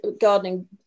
gardening